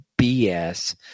BS